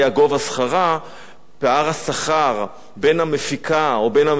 פער השכר בין המפיקה או בין המפיק לבין השדרן